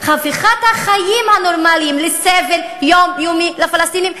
הפיכת החיים הנורמליים לסבל יומיומי לפלסטינים,